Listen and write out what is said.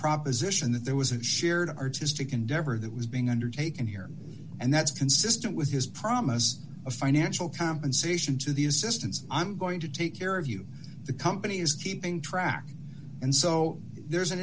proposition that there was a shared artistic endeavor that was being undertaken here and that's consistent with his promise of financial compensation to the existence of i'm going to take care of you and the company is keeping track and so there's an